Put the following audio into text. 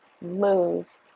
move